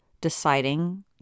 deciding